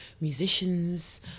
musicians